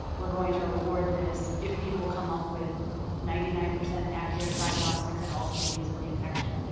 we're going to award this if people come up with ninety nine percent accurate diagnostics at all stages of the infection.